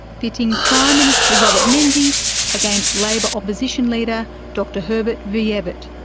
pitting prime minister robert menzies against labor opposition leader dr herbert v evatt.